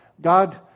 God